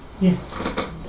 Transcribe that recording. Yes